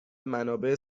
منابع